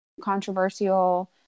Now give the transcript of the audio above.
controversial